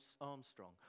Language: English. Armstrong